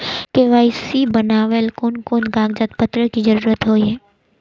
KYC बनावेल कोन कोन कागज पत्र की जरूरत होय है?